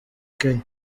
kenya